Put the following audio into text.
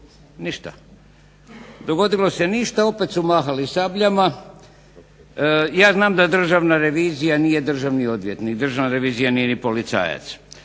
i dogodilo se ništa, opet su mahali sabljama. Ja znam da Državna revizija nije državni odvjetnik, Državna revizija nije ni policajac